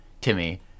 Timmy